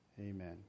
Amen